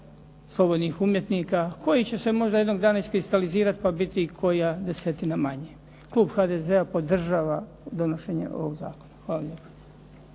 slobodnih umjetnika koji će se možda jednog dana iskristalizirati pa biti koja desetina manje. Klub HDZ-a podržava donošenje ovog zakona. Hvala lijepo.